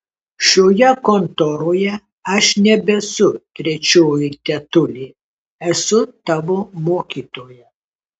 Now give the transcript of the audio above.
šioje kontoroje aš nebesu trečioji tetulė esu tavo mokytoja